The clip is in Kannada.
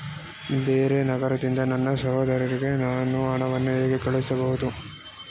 ಬೇರೆ ನಗರದಿಂದ ನನ್ನ ಸಹೋದರಿಗೆ ನಾನು ಹಣವನ್ನು ಹೇಗೆ ಕಳುಹಿಸಬಹುದು?